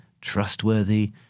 trustworthy